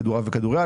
כדורעף וכדוריד,